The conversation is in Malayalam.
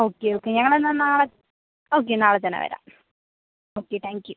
ഓക്കേ ഓക്കേ ഞങ്ങളെന്നാൽ നാളെ ഓക്കേ നാളെ തന്നെ വരാം ഓക്കേ താങ്ക് യൂ